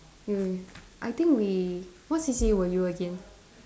mm I think we what C_C_A were you again